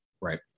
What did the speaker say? Right